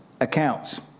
accounts